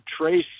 trace